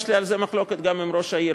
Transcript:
יש לי על זה מחלוקת גם עם ראש העיר,